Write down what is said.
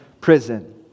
prison